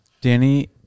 Danny